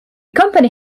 company